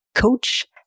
Coach